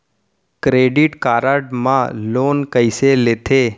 Credit card मा loan कइसे लेथे?